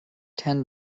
ten